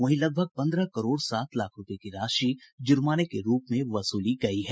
वहीं लगभग पंद्रह करोड़ सात लाख रूपये की राशि जुर्माने के रूप में वसूली गयी है